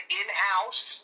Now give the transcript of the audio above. in-house